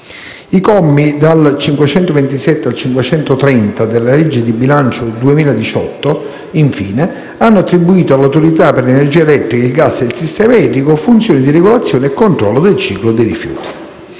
I commi da 527 a 530 della legge di bilancio 2018, infine, hanno attribuito all'Autorità per l'energia elettrica il gas e il sistema idrico funzioni di regolazione e controllo del ciclo dei rifiuti.